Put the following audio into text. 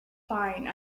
fine